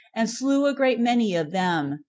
and slew a great many of them,